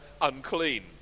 unclean